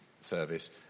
service